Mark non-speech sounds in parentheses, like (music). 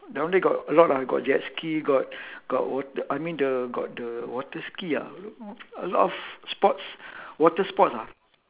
down there got a lot ah got jet ski got got wate~ I mean the got the water ski ah (noise) a lot of sports water sports ah